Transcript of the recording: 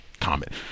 comment